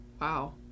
Wow